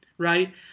right